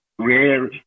rare